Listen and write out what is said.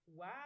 wow